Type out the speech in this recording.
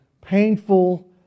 painful